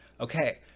Okay